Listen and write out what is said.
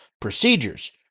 procedures